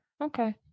okay